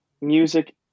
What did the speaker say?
music